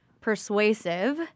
persuasive